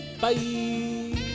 bye